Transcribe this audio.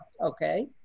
okay